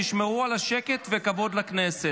תשמרו על השקט ועל הכבוד של הכנסת,